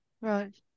Right